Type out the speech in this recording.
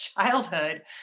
childhood